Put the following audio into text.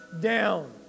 down